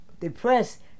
depressed